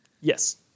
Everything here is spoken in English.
Yes